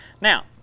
Now